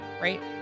right